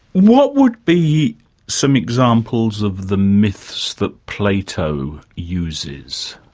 what would be some examples of the myths that plato uses?